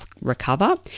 recover